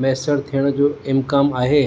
मुयसरु थियण जो को इम्कानु आहे